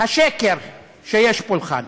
השקר שיש פולחן.